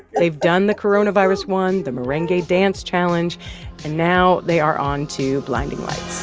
they've done the coronavirus one, the merengue dance challenge and now they are on to blinding lights.